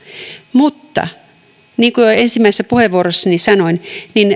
mutta niin kuin jo ensimmäisessä puheenvuorossani sanoin